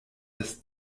des